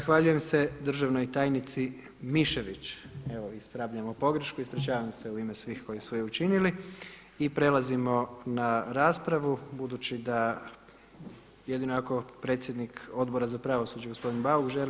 Zahvaljujem se državnoj tajnici Mišević, evo ispravljamo pogrešku, ispričavam se u ime svih koji su je učinili, i prelazimo na raspravu budući da, jedino ako predsjednik Odbora za pravosuđe gospodin Bauk želi.